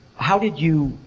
how did you